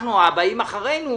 אנחנו או הבאים אחרינו,